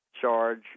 charge